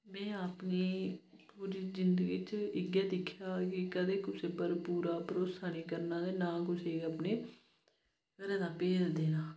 में अपनी पूरी जिंदगी च इ'यै दिक्खेआ कि कदें कुसै पर पूरा भरोसा नी करना ते नां गै कुसै गी अपने घरै दा भेत देना